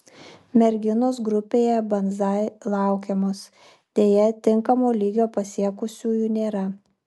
merginos grupėje banzai laukiamos deja tinkamo lygio pasiekusiųjų nėra